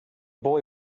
boy